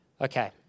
Okay